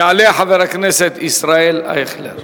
יעלה חבר הכנסת ישראל אייכלר,